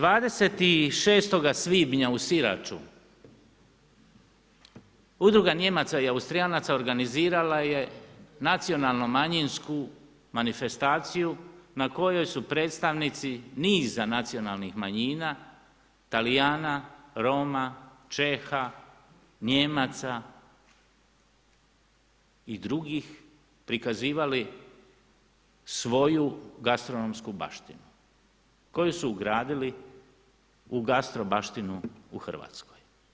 26. svibnja u Siraču udruga Nijemaca i Austrijanaca organizirala je nacionalnu manjinsku manifestaciju na kojoj su predstavnici niza nacionalnih manjina, Talijana, Roma, Čeha, Nijemaca i drugih prikazivali svoju gastronomsku baštinu koju su ugradili u gastro baštinu u Hrvatskoj.